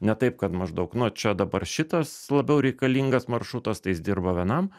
ne taip kad maždaug nu čia dabar šitas labiau reikalingas maršrutas tai jis dirba vienam